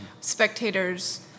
spectators